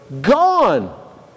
gone